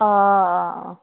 অঁ অঁ অঁ